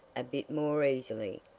a bit more easily.